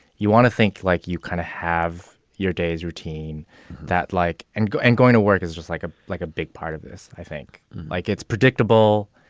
you want to think like you kind of have your days routine that like and go and going to work is just like a like a big part of this. i think, like, it's predictable.